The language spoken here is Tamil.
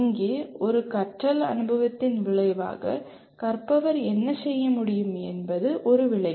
இங்கே ஒரு கற்றல் அனுபவத்தின் விளைவாக கற்பவர் என்ன செய்ய முடியும் என்பது ஒரு விளைவு